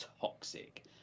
toxic